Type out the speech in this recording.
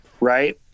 right